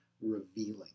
revealing